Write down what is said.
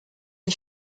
les